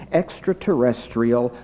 extraterrestrial